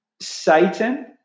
Satan